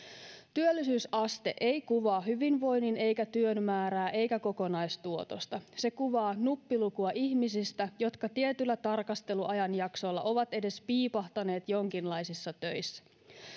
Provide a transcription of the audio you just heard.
työllisyysaste ei kuvaa hyvinvoinnin eikä työn määrää eikä kokonaistuotosta se kuvaa nuppilukua ihmisistä jotka tietyllä tarkasteluajanjaksolla ovat edes piipahtaneet jonkinlaisissa töissä